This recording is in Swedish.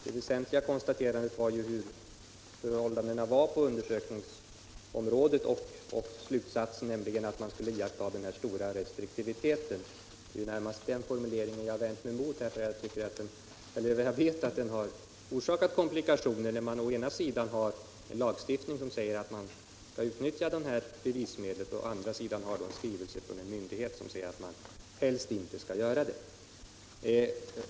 Det väsentliga konstaterandet var ju hur förhållandena var på undersökningsområdet och slutsatsen blev att man skulle iaktta stor restriktivitet. Det är närmast den formuleringen jag har vänt mig mot. Jag vet att den har orsakat komplikationer. Å ena sidan har man en lagstiftning som säger att man skall utnyttja detta bevismedel och å andra sidan en skrivelse från en myndighet som säger att man helst inte skall göra det.